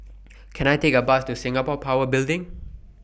Can I Take A Bus to Singapore Power Building